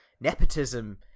nepotism